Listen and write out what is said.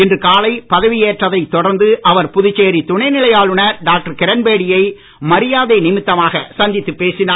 இன்று காலை பதவியேற்றதைத் தொடர்ந்து அவர் புதுச்சேரி துணைநிலை ஆளுநர் டாக்டர் கிரண்பேடியை மரியாதை நிமித்தமாக சந்தித்துப் பேசினார்